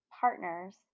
partners